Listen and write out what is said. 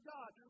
God